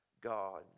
God